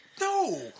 No